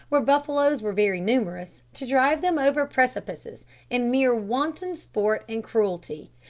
where buffaloes were very numerous, to drive them over precipices in mere wanton sport and cruelty,